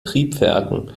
triebwerken